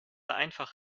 einfach